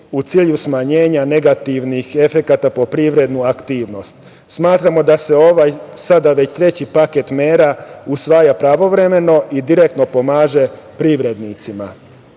u cilju smanjenja negativnih efekata po privrednu aktivnost. Smatramo da se ovaj, sada već treći paket mera, usvaja pravovremeno i direktno pomaže privrednicima. Ono